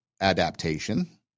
adaptation